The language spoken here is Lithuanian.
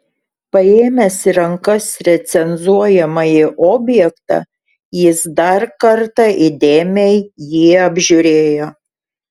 paėmęs į rankas recenzuojamąjį objektą jis dar kartą įdėmiai jį apžiūrėjo